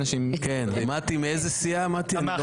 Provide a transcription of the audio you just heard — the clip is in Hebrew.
מאיזו סיעה את?